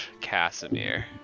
casimir